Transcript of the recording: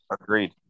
Agreed